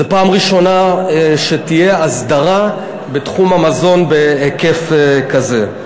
זו פעם ראשונה שתהיה הסדרה בתחום המזון בהיקף כזה.